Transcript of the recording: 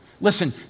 Listen